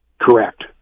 correct